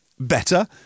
Better